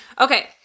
Okay